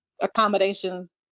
accommodations